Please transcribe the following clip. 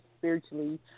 spiritually